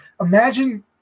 imagine